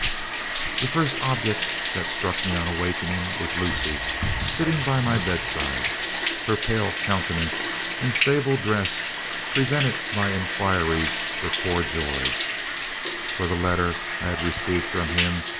the first object that struck me on awaking, was lucy sitting by my bedside her pale countenance and sable dress prevented my enquiries for poor george for the letter i had received from him,